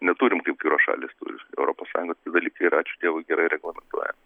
neturim kaip kurios šalys turi europos sąjungos tie dalykai yra ačiū dievui gerai reglamentuojami